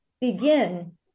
begin